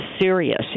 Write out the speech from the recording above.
serious